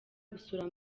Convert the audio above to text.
gusura